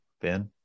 ben